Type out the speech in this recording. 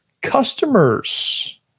customers